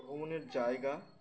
ভ্রমণের জায়গা